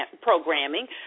programming